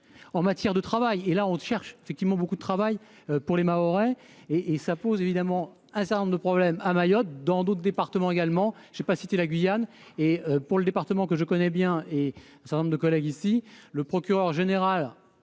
en matière de travail et là on cherche effectivement beaucoup de travail pour les Mahorais et et ça pose évidemment un certain nombre de problèmes à Mayotte dans d'autres départements, également, j'ai pas cité la Guyane et pour le département que je connais bien et certain nombre de collègues ici le procureur général